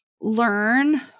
learn